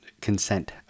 consent